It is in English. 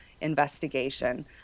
investigation